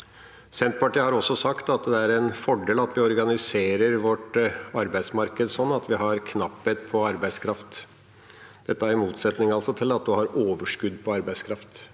Senterpartiet har også sagt at det er en fordel at vi organiserer vårt arbeidsmarked sånn at vi har knapphet på arbeidskraft – dette altså i motsetning til at en har overskudd på arbeidskraft